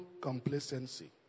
complacency